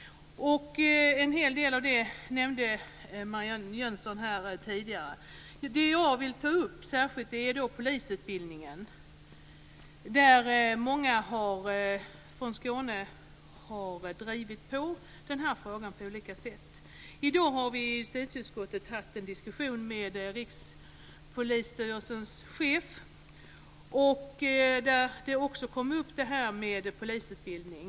En hel del av detta nämnde Det som jag särskilt vill ta upp är frågan om polisutbildningen. Många från Skåne har drivit på i frågan på olika sätt. I dag har vi i justitieutskottet haft en diskussion med Rikspolisstyrelsens chef, där frågan om polisutbildningen togs upp.